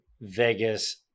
Vegas